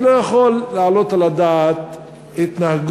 אני לא יכול להעלות על הדעת התנהגות,